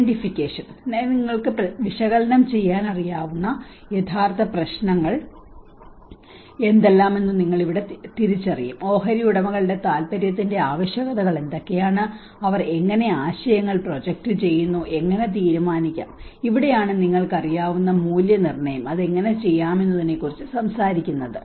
identification അതിനാൽ നിങ്ങൾക്ക് പ്രശ്നങ്ങൾ വിശകലനം ചെയ്യാൻ അറിയാവുന്ന യഥാർത്ഥ പ്രശ്നങ്ങൾ എന്തെല്ലാമാണെന്ന് ഞങ്ങൾ ഇവിടെ തിരിച്ചറിയും ഓഹരി ഉടമകളുടെ താൽപ്പര്യത്തിന്റെ ആവശ്യകതകൾ എന്തൊക്കെയാണ് അവർ എങ്ങനെ ആശയങ്ങൾ പ്രൊജക്റ്റ് ചെയ്യുന്നു എങ്ങനെ തീരുമാനിക്കാം ഇവിടെയാണ് നിങ്ങൾക്ക് അറിയാവുന്ന മൂല്യനിർണ്ണയം അത് എങ്ങനെ ചെയ്യാമെന്നതിനെ കുറിച്ച് സംസാരിക്കുന്നത്